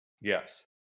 yes